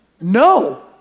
No